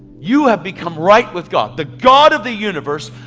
you have become right with god. the god of the universe,